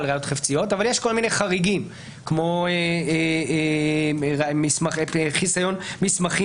ראיות חפציות אבל יש כל מיני חריגים כמו חיסיון מסמכים